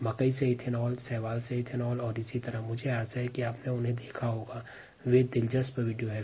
जैसे मक्का से एथेनॉल और शैवाल से ईंधन जैव तेल का निर्माण किया जाता है